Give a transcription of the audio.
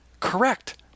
Correct